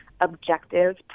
objective